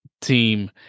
team